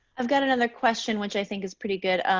i've got another question which i think is pretty good.